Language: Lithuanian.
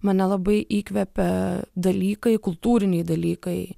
mane labai įkvepia dalykai kultūriniai dalykai